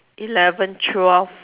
eleven twelve